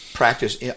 Practice